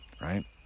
right